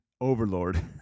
overlord